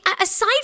Aside